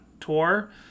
tour